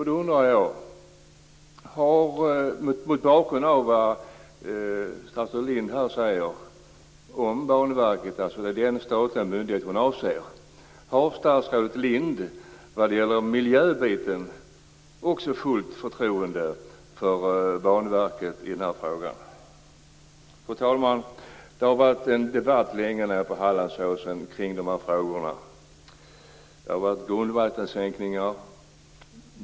Då undrar jag mot bakgrund av vad statsrådet Lindh här säger om Banverket - det är ju den statliga myndigheten hon avser: Har också statsrådet Lindh vad gäller miljöbiten fullt förtroende för Banverket i den här frågan? Fru talman! Det har länge varit debatt på Hallandsåsen omkring de här frågorna. Det har gällt grundvattensänkningar.